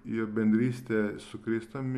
ir bendrystė su kristumi